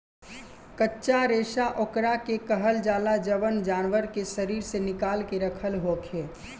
कच्चा रेशा ओकरा के कहल जाला जवन जानवर के शरीर से निकाल के रखल होखे